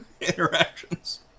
interactions